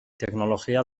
tecnología